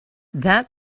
that